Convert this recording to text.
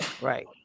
Right